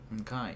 okay